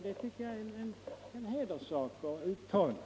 Det tycker jag är en hederssak att uttala.